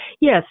Yes